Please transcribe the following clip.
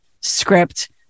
script